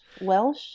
Welsh